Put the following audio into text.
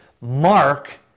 Mark